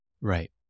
Right